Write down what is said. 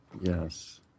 Yes